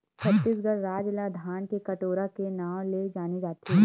छत्तीसगढ़ राज ल धान के कटोरा के नांव ले जाने जाथे